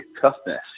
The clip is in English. toughness